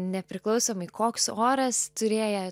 nepriklausomai koks oras turėję